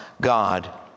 God